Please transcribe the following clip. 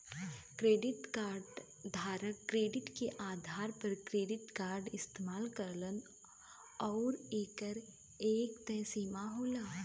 credit card धारक credit के आधार पर क्रेडिट कार्ड इस्तेमाल करलन आउर एकर एक तय सीमा होला